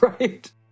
right